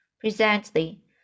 Presently